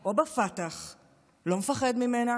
או בפתח לא מפחד ממנה